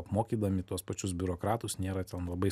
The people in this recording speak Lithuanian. apmokydami tuos pačius biurokratus nėra ten labai